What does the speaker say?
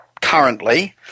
currently